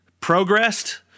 progressed